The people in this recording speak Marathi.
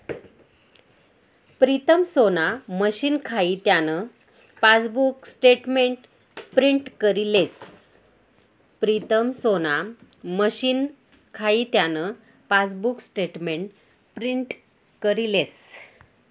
प्रीतम सोना मशीन खाई त्यान पासबुक स्टेटमेंट प्रिंट करी लेस